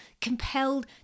compelled